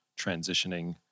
transitioning